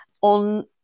on